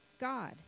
God